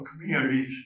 communities